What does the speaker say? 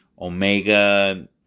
Omega